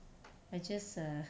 I just err